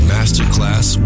Masterclass